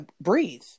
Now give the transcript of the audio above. breathe